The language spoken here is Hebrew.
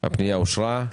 הפנייה אושרה.